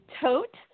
Tote